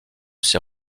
ses